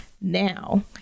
now